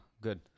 good